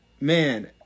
man